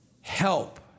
help